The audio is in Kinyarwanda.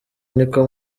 niko